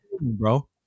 bro